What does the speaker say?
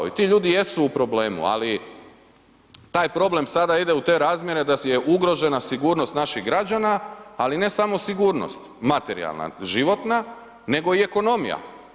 I ti ljudi jesu u problemu, ali taj problem sada ide u te razmjere da je ugrožena sigurnost naših građana ali ne samo sigurnost materijalna, životna nego i ekonomija.